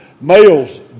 Males